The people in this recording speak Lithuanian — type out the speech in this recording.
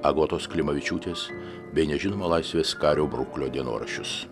agotos klimavičiūtės bei nežinomo laisvės kario bruklio dienoraščius